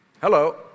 Hello